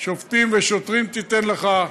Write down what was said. "שֹפטים ושֹטרים תִתן לך".